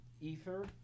ether